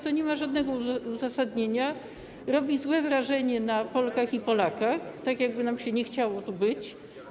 To nie ma żadnego uzasadnienia, robi złe wrażenie na Polkach i Polakach, tak jakby nam się nie chciało tu być.